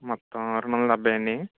మొత్తము రెండు వందల డెబ్భై అండి